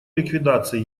ликвидации